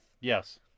Yes